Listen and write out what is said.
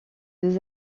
deux